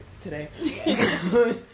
today